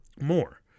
more